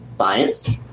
science